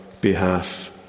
behalf